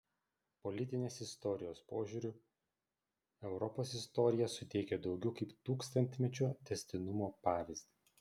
politinės istorijos požiūriu europos istorija suteikia daugiau kaip tūkstantmečio tęstinumo pavyzdį